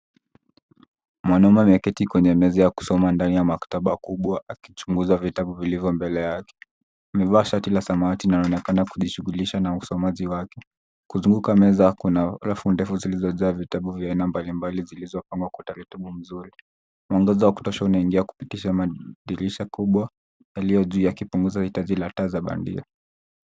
Mwanamme ameketi kwenye meza ya kusoma ndani ya maktaba kubwa akichunguza vitabu vilivyo mbele yake. Amevaa shati la samawati na anaonekana kujishughulisha na usomaji wake. Kuzunguka meza, kuna rafu ndefu zilizojaa vitabu vya aina mbalimbali zilizopangwa kwa utaratibu mzuri. Mwangaza wa kutosha unaingia kupitisha madirisha kubwa yaliyo juu yakipunguza uhitaji la taa bandia.